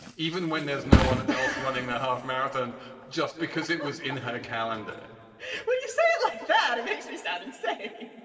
even when there's no one else running the half marathon just because it was in her calendar would you say like that it makes me sad and say it